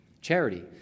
Charity